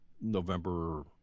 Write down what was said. November